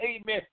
Amen